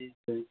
जी sir